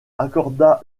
accorda